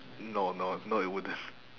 no no no it wouldn't